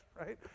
right